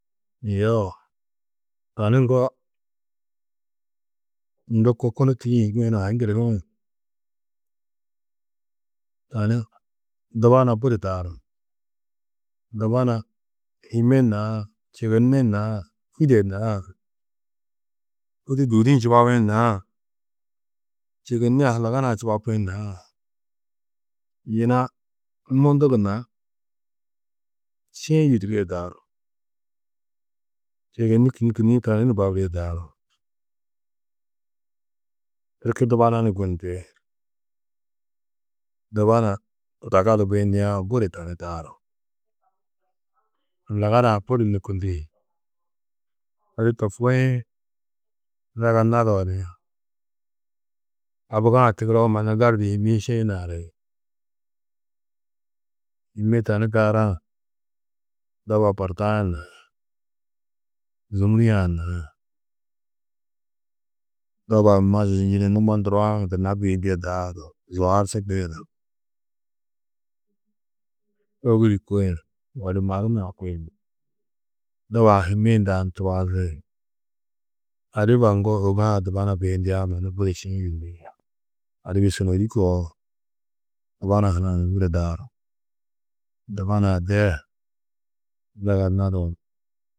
Yoo tani ŋgo lôko kunu tîyiĩ guyunu a hi ŋgirigiĩ, tani dubana budi daaru. Dubana hîme na čêgene na kûde na, kûdi dûudi-ĩ čubabĩ na čêgene hallagana-ã čubapĩ na yina mundu gunna šiĩ yûdurie daaru. Čêgeni kînni kînni tani ni baburîe daaru. Tirki dubana ni gundĩ. Dubana tudaga du guyindiã budi tani daaru. Hallagana-ã budi nûkundi. Odu to kuĩ zaga nadoo ni abuga-ã tigiroo mannu gali du hîmmi-ĩ šiĩ naari. Hîme tani daarã doba Bordoa na Zûmuria-ã na doba mazun yini numo nduraã gunna guyindîe daaru. Zuar su guyunu, Ôguu guyunu, Wadi Maru na guyunu doba hîme hundã ni tubazi. Adiba ŋgo ôgo-ã dubana guyindiã mannu budi šiĩ yûduri. Adibi sûnodi koo dubana hunã ni budi daaru. Dubana-ã de zaga nadoo ni.